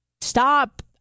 stop